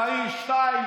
רק שנייה.